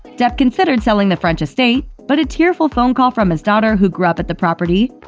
depp considered selling the french estate, but a tearful phone call from his daughter, who grew up at the property,